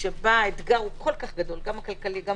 שבה האתגר כל כך גדול גם הבריאותי,